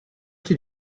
did